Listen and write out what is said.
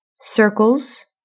circles